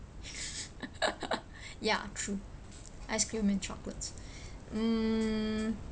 ya true ice cream and chocolate mm